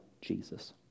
Jesus